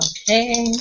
Okay